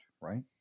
right